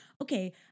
Okay